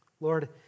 Lord